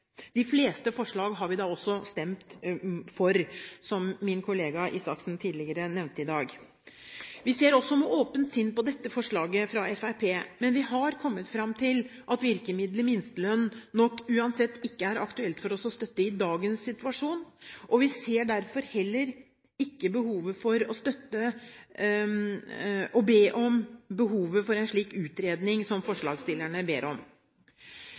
De fleste forslag har vi da også stemt for, som min kollega Røe Isaksen nevnte tidligere i dag. Vi ser også med åpent sinn på dette forslaget fra Fremskrittspartiet, men vi har kommet fram til at virkemidlet minstelønn nok uansett ikke er aktuelt for oss å støtte i dagens situasjon, og vi ser derfor heller ikke behovet for en slik utredning som forslagsstillerne ber om.